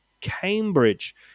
Cambridge